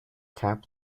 cap